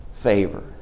favor